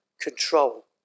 control